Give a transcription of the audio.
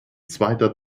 zweiter